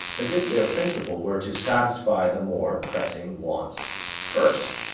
as if their principle were to satisfy the more pressing wants first.